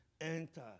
enter